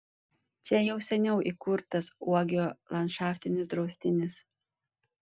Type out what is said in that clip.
čia jau seniau įkurtas uogio landšaftinis draustinis